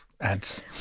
ads